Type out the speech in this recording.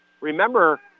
Remember